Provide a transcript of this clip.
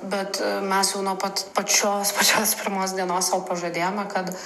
bet mes jau nuo pat pačios pačios pirmos dienos sau pažadėjome kad